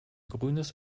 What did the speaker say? grünes